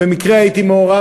במקרה הייתי מעורב,